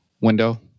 window